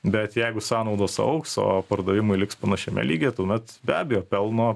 bet jeigu sąnaudos augs o pardavimai liks panašiame lygyje tuomet be abejo pelno